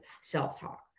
self-talk